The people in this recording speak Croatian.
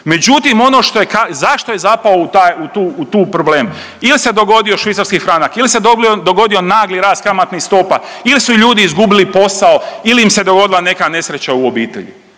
je, zašto je zapao u taj, u tu problem? Ili se dogodio švicarski franak, ili se dogodio nagli rast kamatnih stopa ili su ljudi izgubili posao ili im se dogodila neka nesreća u obitelji,